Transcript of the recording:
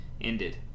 ended